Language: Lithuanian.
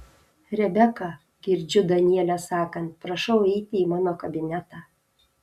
rebeka girdžiu danielę sakant prašau eiti į mano kabinetą